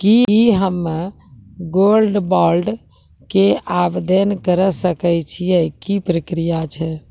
की हम्मय gold bond के आवदेन करे सकय छियै, की प्रक्रिया छै?